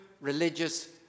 religious